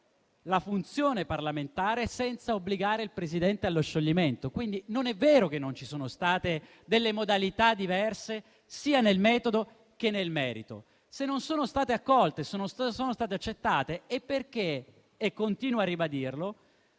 la funzione parlamentare, senza obbligare il Presidente allo scioglimento. Quindi, non è vero che non ci sono state modalità diverse, sia nel metodo che nel merito. Se non sono state accolte e non state accettate è perché - continuo a ribadirlo